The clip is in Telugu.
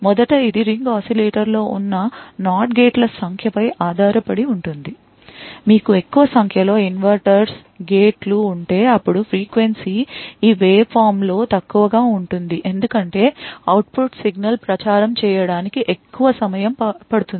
మొదట ఇది ఈ రింగ్ oscillator లో ఉన్న NOT గేట్ల సంఖ్య పై ఆధారపడి ఉంటుంది మీకు ఎక్కువ సంఖ్యలో ఇన్వర్టర్స్ గేట్లు ఉంటే అప్పుడు ఫ్రీక్వెన్సీ ఈ waveform లో తక్కువగా ఉంటుంది ఎందుకంటే అవుట్ పుట్ సిగ్నల్ ప్రచారం చేయడానికి ఎక్కువ సమయం పడుతుంది